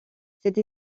cette